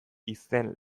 izen